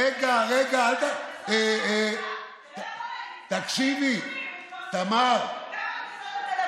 אתה לא יכול להגיד, נתונים, כמה קנסות בתל אביב,